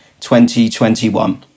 2021